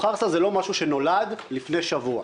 חרסה היא לא משהו שנולד לפני שבוע.